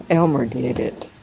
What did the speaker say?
elmer did it.